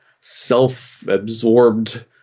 self-absorbed